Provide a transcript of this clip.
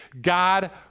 God